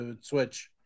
Switch